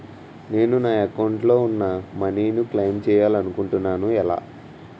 నేను నా యెక్క అకౌంట్ లో ఉన్న మనీ ను క్లైమ్ చేయాలనుకుంటున్నా ఎలా?